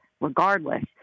regardless